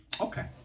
Okay